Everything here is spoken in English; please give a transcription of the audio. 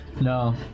No